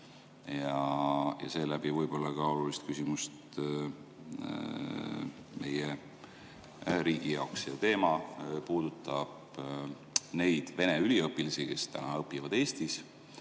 ja seeläbi võib-olla ka olulist küsimust meie riigi jaoks. Teema puudutab neid Vene üliõpilasi, kes täna õpivad Eestis